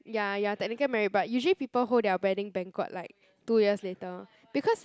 ya you're technically married but usually people hold their wedding banquet like two years later because